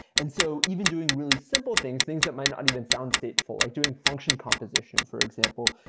and so even doing really simple things, things that might not even sound stateful, like doing function composition, for example,